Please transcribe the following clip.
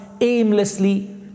aimlessly